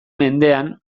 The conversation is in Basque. mendean